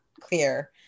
clear